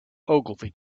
ogilvy